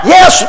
Yes